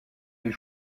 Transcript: les